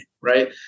right